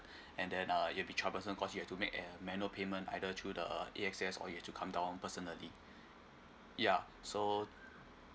and then uh it'll be troublesome cause you have to make uh manual payment either through the A_X_S or you have to come down personally yeah so